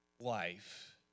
life